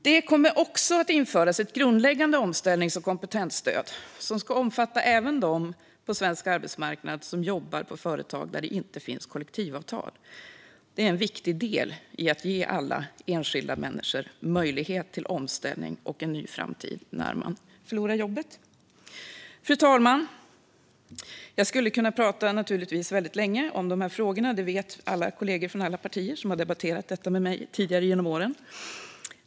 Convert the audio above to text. Det kommer också att införas ett grundläggande omställnings och kompetensstöd som ska omfatta även dem på svensk arbetsmarknad som jobbar på företag där det inte finns kollektivavtal. Det är en viktig del i att ge alla enskilda människor en möjlighet till omställning och en ny framtid när de förlorar jobbet. Fru talman! Jag skulle naturligtvis kunna prata väldigt länge om de här frågorna. Det vet alla kollegor från alla partier som har debatterat detta med mig tidigare genom åren.